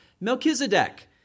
Melchizedek